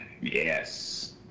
yes